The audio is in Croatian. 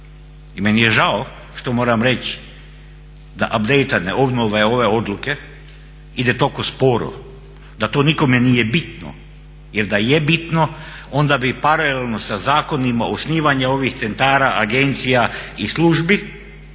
I meni je žao što moram reći da abdejtane obnove ove odluke ide toliko sporo da to nikome nije bitno, jer da je bitno onda bi paralelno sa zakonima osnivanje ovih centara, agencija i službi